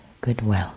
goodwill